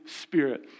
Spirit